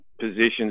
positions